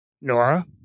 Nora